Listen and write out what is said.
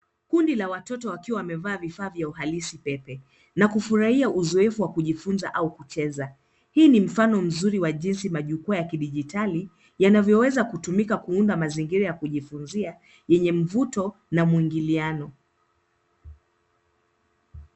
Kundi la watoto wakiwa wamevaa vifaa vya uhalisi pepe, na kufurahia uzoefu wa kujifunza au kucheza. Hii ni mfano mzuri wa jinsi majukwaa ya kidijitali, yanavyoweza kutumika kuunda mazingira ya kujifunzia, yenye mvuto na mwingiliano.